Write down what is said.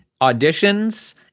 auditions